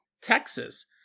Texas